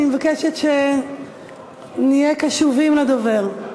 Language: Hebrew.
אני מבקשת שנהיה קשובים לדובר.